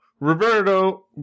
Roberto